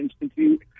Institute